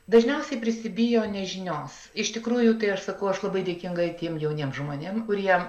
dažniausiai prisibijo nežinios iš tikrųjų tai aš sakau aš labai dėkinga tiem jauniem žmonėm kurie